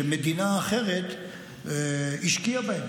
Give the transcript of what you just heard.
שמדינה אחרת השקיעה בהם,